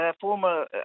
former